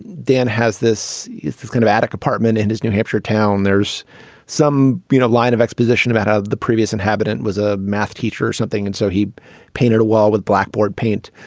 dan has this kind of attic apartment and his new hampshire town there's some you know line of exposition about how the previous inhabitant was a math teacher or something and so he painted a wall with blackboard paint.